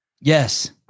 Yes